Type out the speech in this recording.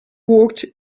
walked